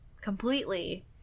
completely